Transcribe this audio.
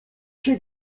się